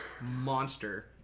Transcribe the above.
monster